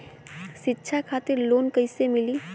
शिक्षा खातिर लोन कैसे मिली?